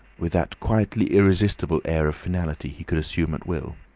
with that quietly irresistible air of finality he could assume at will.